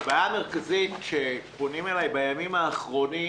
הבעיה המרכזית שלגביה פונים אליי בימים האחרונים,